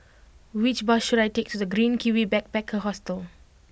which bus should I take to The Green Kiwi Backpacker Hostel